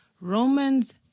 romans